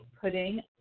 putting